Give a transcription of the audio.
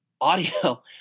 audio